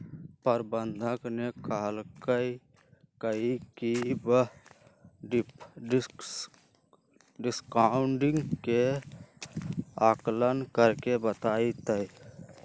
प्रबंधक ने कहल कई की वह डिस्काउंटिंग के आंकलन करके बतय तय